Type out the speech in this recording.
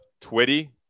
twitty